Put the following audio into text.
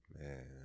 Man